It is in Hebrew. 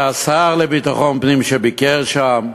והשר לביטחון פנים, שביקר שם,